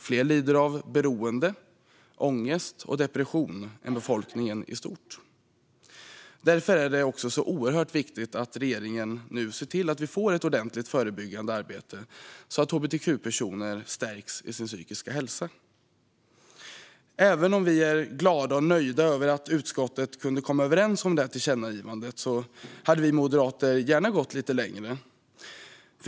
Fler lider av beroende, ångest och depression jämfört med befolkningen i stort. Därför är det oerhört viktigt att regeringen nu ser till att vi får ett ordentligt förebyggande arbete, så att hbtq-personer stärks i sin psykiska hälsa. Vi är glada och nöjda över att utskottet kunde komma överens om detta tillkännagivande, men vi moderater hade gärna gått lite längre.